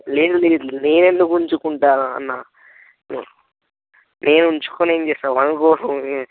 లేదు లేదు నేను ఎందుకు ఉంచుకుంటాను అన్నా నేను ఉంచుకొని ఏం చేస్తాను ఎవరికోసం